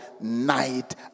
night